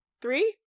Three